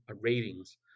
ratings